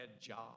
job